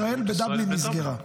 שגרירות ישראל בדבלין נסגרה.